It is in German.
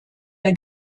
der